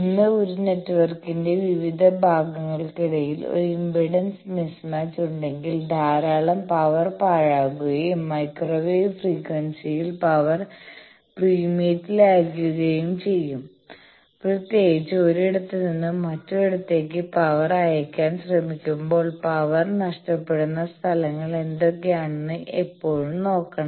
ഇന്ന് ഒരു നെറ്റ്വർക്കിന്റെ വിവിധ ഭാഗങ്ങൾക്കിടയിൽ ഒരു ഇംപെഡൻസ് മിസ്മാച്ച് ഉണ്ടെങ്കിൽ ധാരാളം പവർ പാഴാകുകയും മൈക്രോവേവ് ഫ്രീക്വൻസിയിൽ പവർ പ്രീമിയത്തിലായിരിക്കുകയും ചെയ്യും പ്രത്യേകിച്ച് ഒരിടത്ത് നിന്ന് മറ്റൊരിടത്തേക്ക് പവർ അയക്കാൻ ശ്രമിക്കുമ്പോൾ പവർ നഷ്ടപ്പെടുന്ന സ്ഥലങ്ങൾ ഏതൊക്കെയാണെന്ന് എപ്പോഴും നോക്കണം